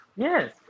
Yes